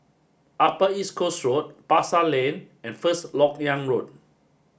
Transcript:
Upper East Coast Road Pasar Lane and First Lok Yang Road